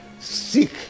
Seek